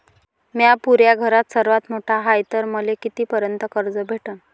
म्या पुऱ्या घरात सर्वांत मोठा हाय तर मले किती पर्यंत कर्ज भेटन?